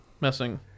messing